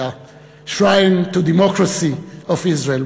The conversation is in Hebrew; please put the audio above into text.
the shrine of democracy of Israel.